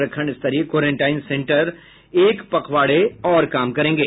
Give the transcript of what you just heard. प्रखंड स्तरीय quarantine centre एक पखवाड़े और काम करेंगे